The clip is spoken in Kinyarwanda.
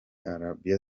arabie